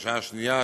הבקשה השנייה,